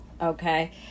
Okay